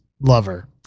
lover